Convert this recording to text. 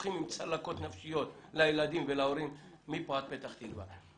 בסכסוכים עם צלקות נפשיות לילדים ולהורים מפה עד פתח תקווה.